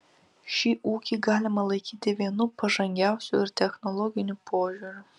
šį ūkį galima laikyti vienu pažangiausių ir technologiniu požiūriu